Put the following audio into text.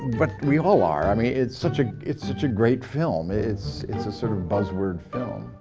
but we all are, i mean it's such ah it's such a great film. it's it's a sort of buzzword film.